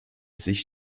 sich